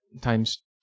times